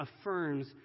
affirms